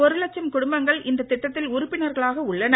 ஒரு லட்சம் குடும்பங்கள் இந்த திட்டத்தில் உறுப்பினர்களாக உள்ளனர்